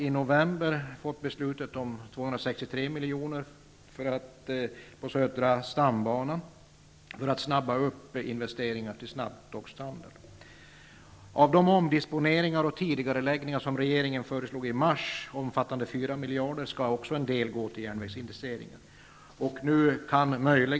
I november fattades beslut om att 263 miljoner skulle satsas på södra stambanan för att påskynda utbyggnaden till snabbtågsstandard. Av de omdisponeringar och tidigareläggningar omfattande 4 miljarder som regeringen föreslog i mars skall också en del gå till järnvägsinvesteringar.